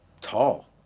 tall